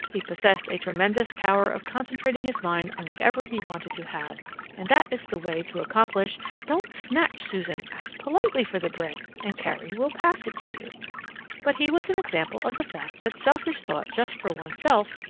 he possessed a tremendous power of concentrating his mind on whatever he wanted to have and that is the way to accomplish don't snatch, susan ask politely for the bread, and carrie will pass it to you but he was an example of the fact that selfish thought just for oneself,